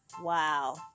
Wow